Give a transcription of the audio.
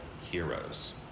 heroes